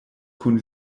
kun